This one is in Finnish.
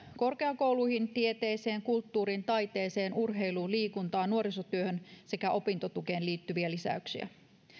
korkeakouluihin tieteeseen kulttuuriin taiteeseen urheiluun liikuntaan nuorisotyöhön sekä opintotukeen liittyviä lisäyksiä